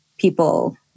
people